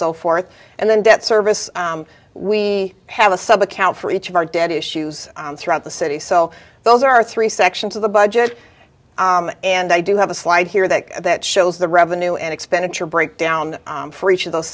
so forth and then debt service we have a sub account for each of our dead issues throughout the city so those are three sections of the budget and i do have a slide here that that shows the revenue and expenditure breakdown for each of those